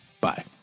bye